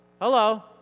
Hello